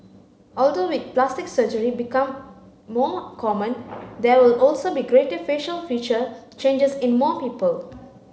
although with plastic surgery become more common there will also be greater facial feature changes in more people